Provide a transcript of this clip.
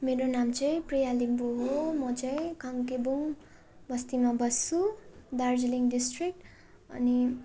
मेरो नाम चाहिँ प्रिया लिम्बू हो म चाहिँ काङ्केबुङ बस्तीमा बस्छु दार्जिलिङ डिस्ट्रिक्ट अनि